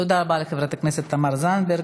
תודה רבה לחברת הכנסת תמר זנדברג.